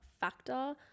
factor